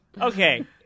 Okay